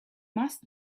must